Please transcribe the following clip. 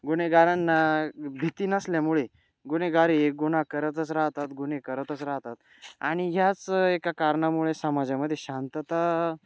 गुन्हेगारांना भीती नसल्यामुळे गुन्हेगार हे गुन्हा करतच राहतात गुन्हे करतच राहतात आणि ह्याच एका कारणामुळे समाजामध्ये शांतता